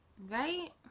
right